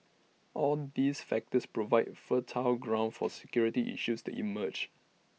all these factors provide fertile ground for security issues to emerge